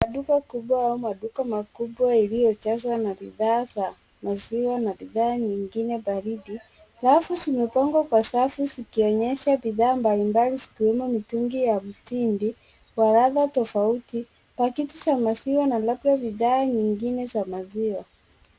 maduka kubwa au maduka makubwa iliyojazwaa na bidhaa za maziwa na bidhaa nyingine baridi. Rafu zimepangwa kwa safu zikionyesha bidhaa mbalimbali zikiwemo mitungi ya mtindi wa ladha tofauti. Paketi za maziwa na labda bidhaa nyingine za maziwa.